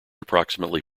approximately